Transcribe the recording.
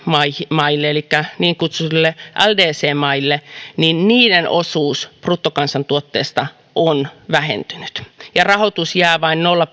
maille elikkä niin kutsutuille ldc maille antaman avun osuus bruttokansantuotteesta on vähentynyt ja rahoitus jää vain nolla